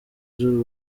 z’u